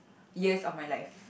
years of my life